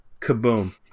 Kaboom